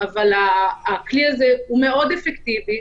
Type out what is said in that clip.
אבל הכלי הזה מאוד אפקטיבי.